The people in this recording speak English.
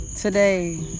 Today